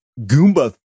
Goomba